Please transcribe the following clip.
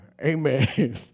Amen